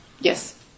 yes